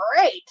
great